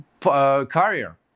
career